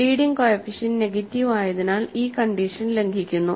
leading coefficient negative ആയതിനാൽ ഈ condition ലംഘിക്കുന്നു